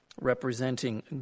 representing